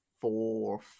four